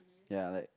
ya like